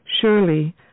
Surely